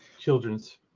children's